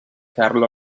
carlo